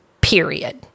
period